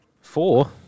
Four